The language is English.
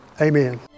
Amen